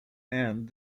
and